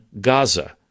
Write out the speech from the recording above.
Gaza